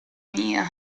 mia